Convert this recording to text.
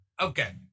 Okay